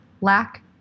lack